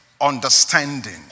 understanding